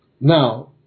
Now